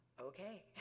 okay